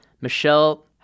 Michelle